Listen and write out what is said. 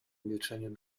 milczeniu